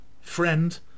friend